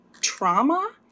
trauma